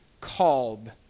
called